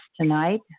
tonight